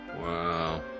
Wow